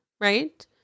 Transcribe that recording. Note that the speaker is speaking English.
right